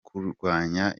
kurwanya